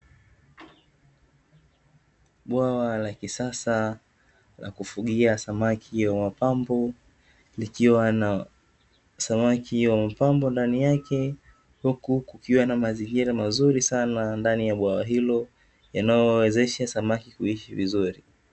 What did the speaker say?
Bwawa la kisasa la kufugia samaki wa mapambo likiwa na samaki wa mapambo ndani yake, huku kukiwa na mazingira mazuri sana ndani ya bwawa hilo yanayowezesha samaki kuishi vizuri.